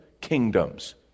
kingdoms